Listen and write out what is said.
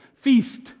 feast